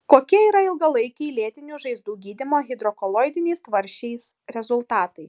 kokie yra ilgalaikiai lėtinių žaizdų gydymo hidrokoloidiniais tvarsčiais rezultatai